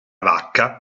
vacca